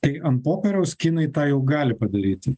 tai ant popieriaus kinai tą jau gali padaryti